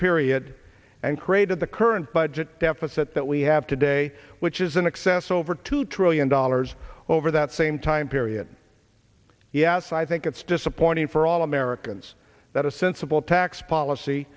period and created the current budget deficit that we have today which is an excess over two trillion dollars over that same time period yes i think it's disappointing for all americans that a sensible tax policy